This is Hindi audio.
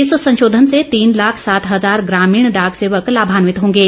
इस संशोधन से तीन लाख सात हजार ग्रामीण डाक सेवक लाभन्यित होंगे